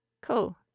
Cool